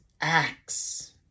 acts